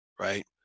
Right